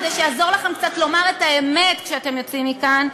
כדי לעזור לכם קצת לומר את האמת כשאתם יוצאים מכאן,